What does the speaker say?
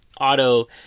auto